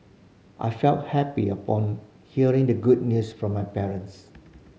I felt happy upon hearing the good news from my parents